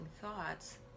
thoughts